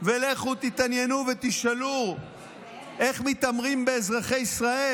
ולכו תתעניינו ותשאלו איך מתעמרים באזרחי ישראל.